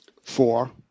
Four